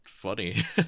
funny